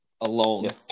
alone